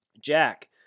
Jack